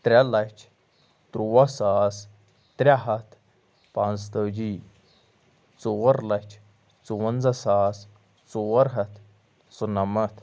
ترٛےٚ لَچھ تُرٛوَہ ساس ترٛےٚ ہَتھ پانٛژھ تٲجی ژور لَچھ ژُوَنزاہ ساس ژور ہَتھ ژُنَمَتھ